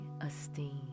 esteem